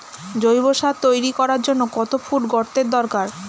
জৈব সার তৈরি করার জন্য কত ফুট গর্তের দরকার?